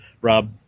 rob